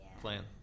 plan